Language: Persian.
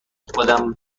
خودم